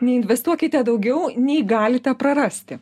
neinvestuokite daugiau nei galite prarasti